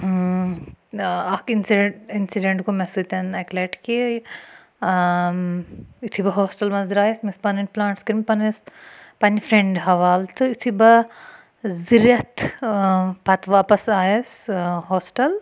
اَکھ incident incident گوٚو مےٚ سۭتۍ اَکہِ لَٹہِ کہِ یُتھُے بہٕ ہوسٹَل منٛزٕ درٛایَس مےٚ ٲسۍ پَنٕںۍ پٕلانٹٕس کٔرۍمٕتۍ پنٛنِس پنٛنہِ فرٛٮ۪نٛڈِ حوالہٕ تہٕ یُتھے بہٕ زٕ رٮ۪تھ پَتہٕ واپَس آیَس ہوسٹل